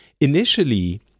initially